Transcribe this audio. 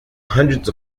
hundreds